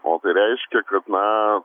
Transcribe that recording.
o tai reiškia kad na